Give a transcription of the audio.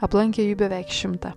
aplankė jų beveik šimtą